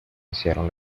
hicieron